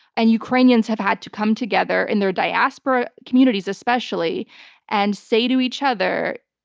and ukrainians have had to come together in their diaspora communities especially and say to each other,